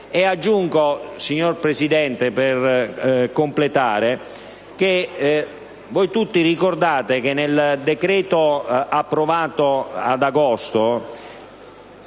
Aggiungo, signor Presidente, per completezza che, come voi tutti ricordate, nel decreto approvato ad agosto